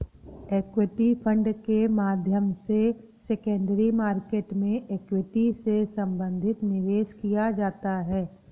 equity fund के माध्यम से सेकेंडरी मार्केट में इक्विटी से संबंधित निवेश किया जाता है